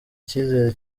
ikizere